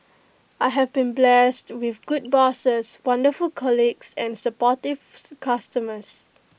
I have been blessed with good bosses wonderful colleagues and supportive customers